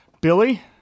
Billy